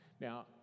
Now